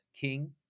king